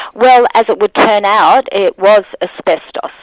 well, as it would turn out, it was asbestos.